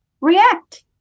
react